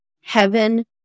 heaven